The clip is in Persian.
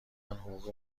حقوق